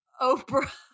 Oprah